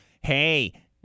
hey